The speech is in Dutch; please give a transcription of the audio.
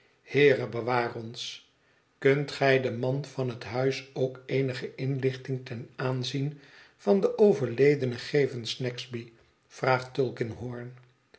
heere bewaar ons kunt gij den man van het huis ook eenige inlichting ten aanzien van den overledene geven snagsby vraagt tulkinghorn